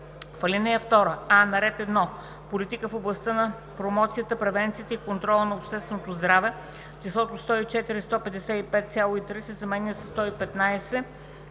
ал. 2: а) на ред 1. Политика в областта на промоцията, превенцията и контрола на общественото здраве числото „104 155,3“ се заменя със „115